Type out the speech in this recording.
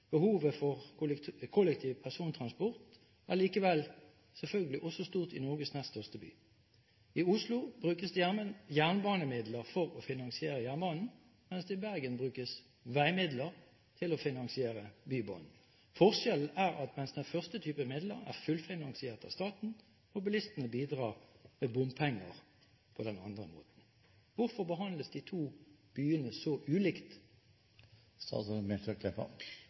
Behovet for kollektiv persontransport er likevel, selvfølgelig, også stort i Norges nest største by. I Oslo brukes det jernbanemidler til å finansiere jernbanen, mens det i Bergen brukes veimidler til å finansiere Bybanen. Forskjellen er at mens den første type midler er fullfinansiert av staten, må bilistene bidra med bompenger på den andre måten. Hvorfor behandles de to byene så ulikt?